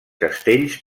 castells